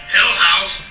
Hillhouse